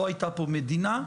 לא הייתה פה מדינה,